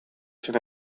zen